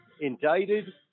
indicted